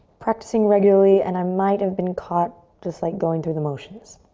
practicing regularly, and i might have been caught just like going through the motions.